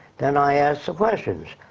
then i asked some questions.